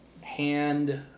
hand